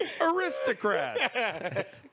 aristocrats